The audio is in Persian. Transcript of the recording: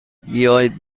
بیایید